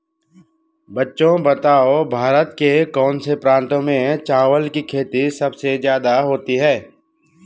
बच्चों बताओ भारत के कौन से प्रांतों में चावल की खेती सबसे ज्यादा होती है?